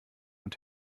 und